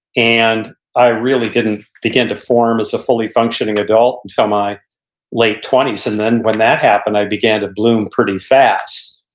and i really didn't begin to form as a fully functioning adult until my late twenties and then when that happened, i began to bloom pretty fast.